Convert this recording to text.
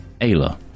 Ayla